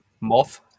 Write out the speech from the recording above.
Moth